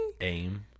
Aim